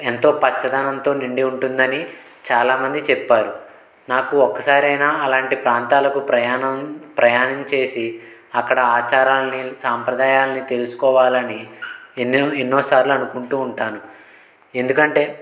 ఎంతో పచ్చదనంతో నిండి ఉంటుందని చాలామంది చెప్పారు నాకు ఒక్కసారైనా అలాంటి ప్రాంతాలకు ప్రయాణం ప్రయాణం చేసి అక్కడ ఆచారాలని సంప్రదాయాలని తెలుసుకోవాలని ఎన్నో ఎన్నో సార్లు అనుకుంటూ ఉంటాను ఎందుకంటే